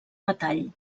metall